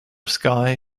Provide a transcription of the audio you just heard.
sky